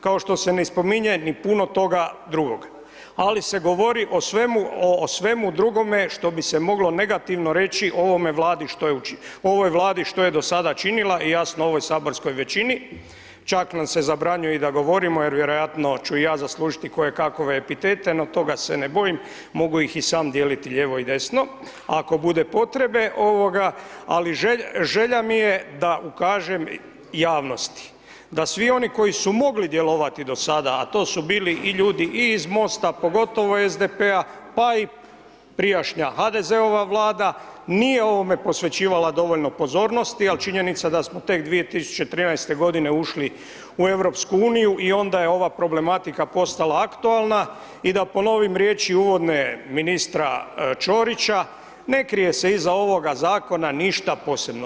Kao što se ne spominje ni puno toga drugog, ali se govori o svemu, o svemu drugome što bi se moglo negativno reći ovome Vladi, ovoj Vladi što je do sada činila i jasno ovoj saborskoj većini, čak nam se zabranjuje da i govorimo jer vjerojatno ću i ja zaslužiti koje kakove epitete no toga se ne bojim, mogu ih i sam dijeliti lijevo i desno, ako bude potrebe ovoga, ali želja mi je da ukažem javnosti, da svi oni koji su mogli djelovati do sada, a to su bili ljudi i iz MOST-a pogotovo SDP-a, pa i prijašnja HDZ-ova vlada nije ovome posvećivala dovoljno pozornosti, ali činjenica da smo tek 2013. godine ušli u EU i onda je ova problematika postala aktualna i da ponovim riječi uvodne ministra Ćorića, ne krije se iza ovoga zakona ništa posebno.